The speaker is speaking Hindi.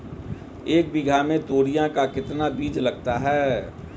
एक बीघा में तोरियां का कितना बीज लगता है?